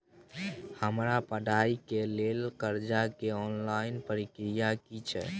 हमरा पढ़ाई के लेल कर्जा के ऑनलाइन प्रक्रिया की छै?